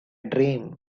dream